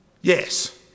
Yes